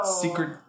Secret